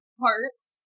parts